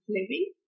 Living